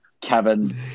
Kevin